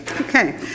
Okay